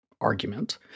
argument